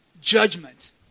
Judgment